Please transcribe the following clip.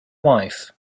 wife